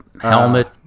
helmet